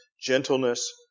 gentleness